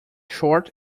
short